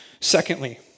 Secondly